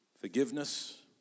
Forgiveness